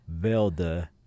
Velda